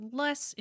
less